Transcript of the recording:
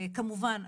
כמובן,